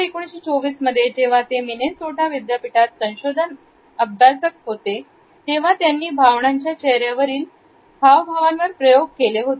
1924 मध्ये जेव्हा ते मिनेसोटा विद्यापिठात संशोधन अभ्यास होते तेव्हा त्यांनी भावनांच्या चेहऱ्यावरील हा भावांवर प्रयोग केले होते